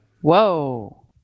Whoa